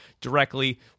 directly